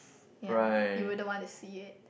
ya you wouldn't want to see it